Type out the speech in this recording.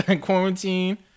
quarantine